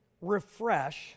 refresh